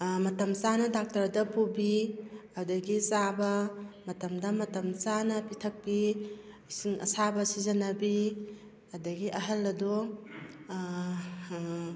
ꯃꯇꯝ ꯆꯥꯅ ꯗꯣꯛꯇꯔꯗ ꯄꯨꯕꯤ ꯑꯗꯨꯗꯒꯤ ꯆꯥꯕ ꯃꯇꯝꯗ ꯃꯇꯝ ꯆꯥꯅ ꯄꯤꯊꯛꯄꯤ ꯏꯁꯤꯡ ꯑꯁꯥꯕ ꯁꯤꯖꯤꯟꯅꯕꯤ ꯑꯗꯨꯗꯒꯤ ꯑꯍꯜ ꯑꯗꯣ